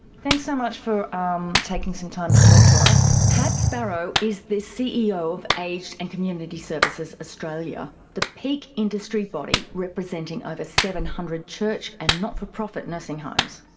thanks so much for um taking some time to talk to us. pat sparrow is the ceo of aged and community services australia the peak industry body representing over seven hundred church and not-for-profit nursing homes.